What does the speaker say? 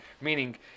Meaning